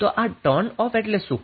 તો આ turned off એટલે શું